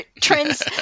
trends